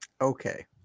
okay